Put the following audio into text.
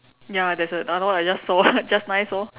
ya there is another one I just saw just nice orh